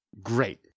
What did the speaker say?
Great